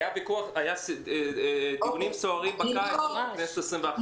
היו דיונים סוערים בקיץ בכנסת העשרים ואחת.